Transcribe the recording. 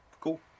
cool